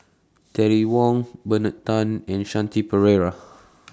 Terry Wong Bernard Tan and Shanti Pereira